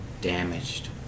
damaged